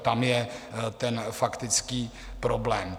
Tam je ten faktický problém.